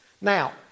now